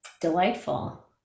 delightful